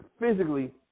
physically